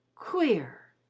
queer!